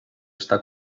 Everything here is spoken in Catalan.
està